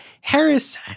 Harris